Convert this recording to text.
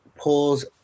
pulls